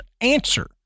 answer